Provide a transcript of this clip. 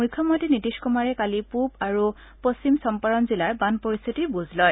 মুখ্যমন্ত্ৰী নীতিশ কুমাৰে কালে পুব আৰু পশ্চিম চম্পাৰণ জিলাৰ বান পৰিস্থিতিৰ বুজ লয়